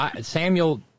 Samuel